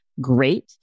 great